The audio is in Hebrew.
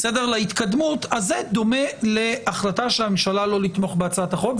להתקדמות זה דומה להחלטה של הממשלה לא לתמוך בהצעת החוק,